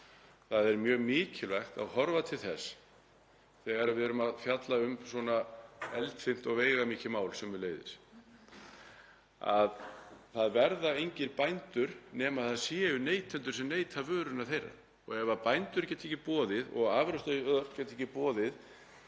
Það er mjög mikilvægt að horfa til þess þegar við erum að fjalla um svona eldfimt og veigamikið mál sömuleiðis að það verða engir bændur nema það séu neytendur sem neyta vörunnar þeirra. Ef bændur geta ekki boðið og afurðastöðvar geta ekki boðið